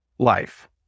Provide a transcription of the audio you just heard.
life